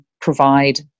provide